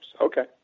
Okay